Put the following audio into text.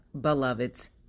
beloveds